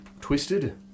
twisted